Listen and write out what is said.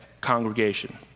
congregation